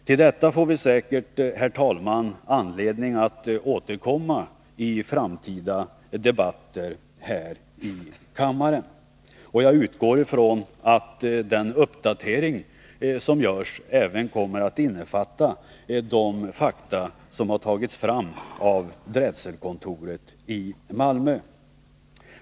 Till detta får vi säkert, herr talman, anledning att återkomma i framtida debatter här i kammaren. Jag utgår från att den uppdatering som görs även kommer att innefatta de fakta som tagits fram av drätselkontoret i Malmö.